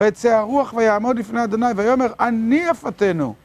ויצא הרוח ויעמוד לפני ה' ויאמר אני אפתנו